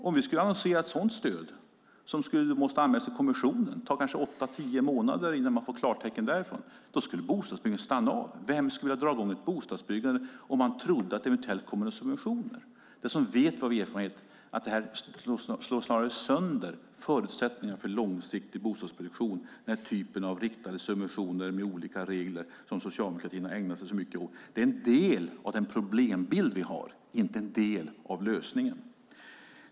Annonserar vi ett sådant stöd måste det anmälas till EU-kommissionen, och det kan ta åtta tio månader innan vi får klartecken därifrån. Då skulle bostadsbyggandet stanna av. Vem skulle dra i gång ett bostadsbyggande om man tror att det eventuellt kommer subventioner? Vi vet av erfarenhet att de riktade subventioner med olika regler som socialdemokratin har ägnat sig så mycket åt snarast slår sönder förutsättningarna för långsiktig bostadsproduktion. Det är en del av den problembild vi har, inte en del av lösningen.